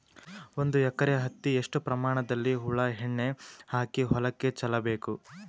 ಒಂದು ಎಕರೆ ಹತ್ತಿ ಎಷ್ಟು ಪ್ರಮಾಣದಲ್ಲಿ ಹುಳ ಎಣ್ಣೆ ಹಾಕಿ ಹೊಲಕ್ಕೆ ಚಲಬೇಕು?